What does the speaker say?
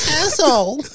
asshole